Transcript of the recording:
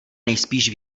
nejspíš